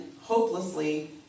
hopelessly